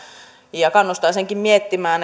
ja kannustaisinkin miettimään